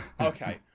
Okay